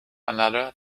another